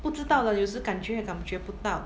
不知道的有时感觉感觉不到